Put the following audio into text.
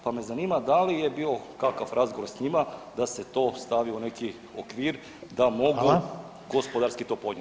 Pa me zanima da li je bio kakav razgovor s njima da se to stavi u neki okvir da mogu [[Upadica: Hvala.]] gospodarski to podnijeti.